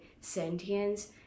sentience